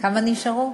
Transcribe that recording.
כמה נשארו?